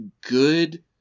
good